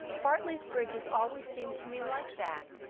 bartley's bridges always seem to me like that.